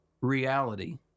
reality